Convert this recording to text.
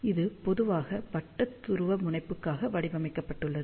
இது பொதுவாக வட்ட துருவமுனைப்புக்காக வடிவமைக்கப்பட்டுள்ளது